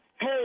hey